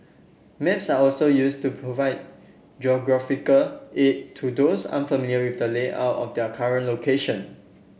maps are also used to provide geographical aid to those unfamiliar with the layout of their current location